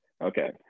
Okay